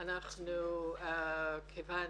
בגלל